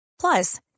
Plus